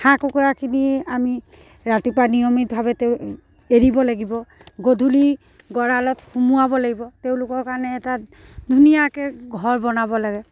হাঁহ কুকুৰাখিনি আমি ৰাতিপুৱা নিয়মিতভাৱে তেওঁ এৰিব লাগিব গধূলি গঁৰালত সোমোৱাব লাগিব তেওঁলোকৰ কাৰণে এটা ধুনীয়াকৈ ঘৰ বনাব লাগে